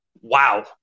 wow